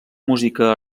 música